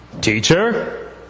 Teacher